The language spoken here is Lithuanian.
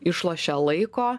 išlošia laiko